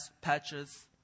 patches